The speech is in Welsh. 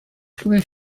gennych